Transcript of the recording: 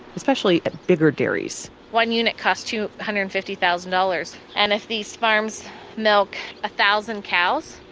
especially at bigger dairies. one unit costs two hundred and fifty thousand dollars. and if these farms milk a thousand cows,